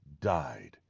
died